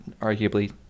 arguably